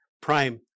prime